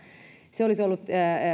se olisi ollut